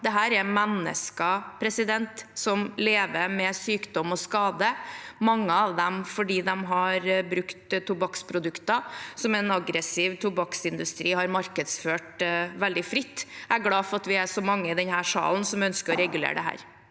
Dette er mennesker som lever med sykdom og skade, mange av dem fordi de har brukt tobakksprodukter som en aggressiv tobakksindustri har markedsført veldig fritt. Jeg er glad for at vi er så mange i denne salen som ønsker å regulere dette.